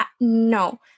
No